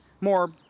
more